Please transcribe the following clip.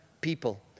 people